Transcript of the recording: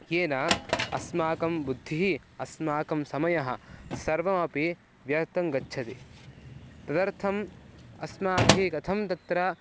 येन अस्माकं बुद्धिः अस्माकं समयः सर्वमपि व्यर्थं गच्छति तदर्थम् अस्माभिः कथं तत्र